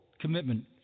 commitment